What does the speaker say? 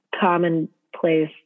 commonplace